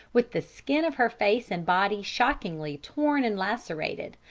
with the skin of her face and body shockingly torn and lacerated,